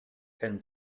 ten